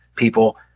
People